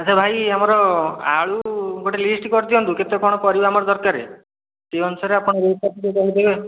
ଆଚ୍ଛା ଭାଇ ଆମର ଆଳୁ ଗୋଟେ ଲିଷ୍ଟ କରିଦିଅନ୍ତୁ କେତେ କ'ଣ ପରିବା ଆମର ଦରକାରେ ସେଇ ଅନୁସାରେ ଆପଣ ରେଟ୍ଟା ଟିକେ କହିଦେବେ